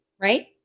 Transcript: right